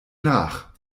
nach